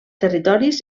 territoris